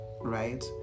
right